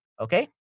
Okay